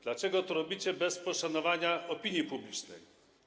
Dlaczego to robicie bez poszanowania opinii publicznej?